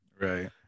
Right